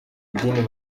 idini